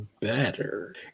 better